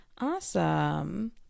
awesome